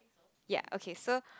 ya okay so